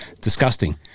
Disgusting